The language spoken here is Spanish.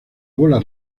bola